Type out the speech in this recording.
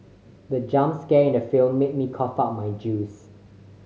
the jump scare in the film made me cough out my juice